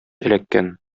эләккән